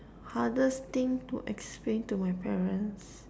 hardest thing to explain to my parents